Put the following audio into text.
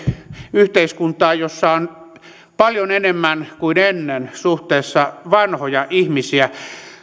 yhteiskuntaan jossa on paljon enemmän kuin ennen suhteessa vanhoja ihmisiä